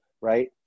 right